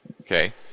Okay